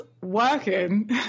working